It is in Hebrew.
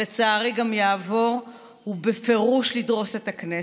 שלצערי גם יעבור, הוא בפירוש לדרוס את הכנסת.